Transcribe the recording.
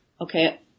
Okay